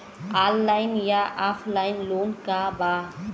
Online या offline loan का बा?